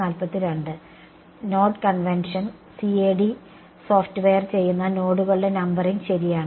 node convention CAD software ചെയ്യുന്ന നോഡുകളുടെ numbering ശരിയാണ്